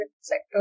sector